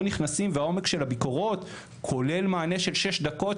נכנסים והעומק של הביקורות כולל מענה של שש דקות,